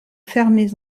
fermés